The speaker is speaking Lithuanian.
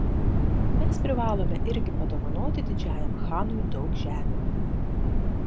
mes privalome irgi padovanoti didžiajam chanui daug žemių